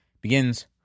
begins